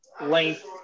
length